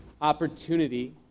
opportunity